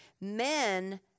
Men